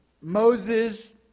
Moses